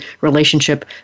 relationship